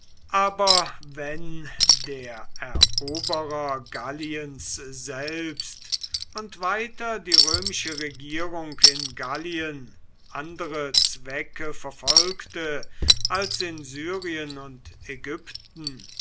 aber wenn der eroberer galliens selbst und weiter die römische regierung in gallien andere zwecke verfolgte als in syrien und ägypten